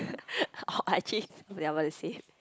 I actually what did I want to say